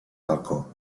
balcó